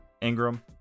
Ingram